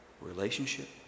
relationship